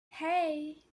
hey